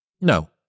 No